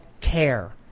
care